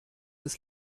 des